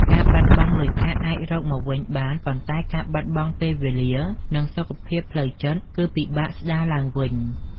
ការបាត់បង់លុយកាក់អាចរកមកវិញបាន ប៉ុន្តែការបាត់បង់ពេលវេលា និងសុខភាពផ្លូវចិត្តគឺពិបាកស្តារឡើងវិញ។